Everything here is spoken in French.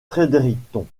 fredericton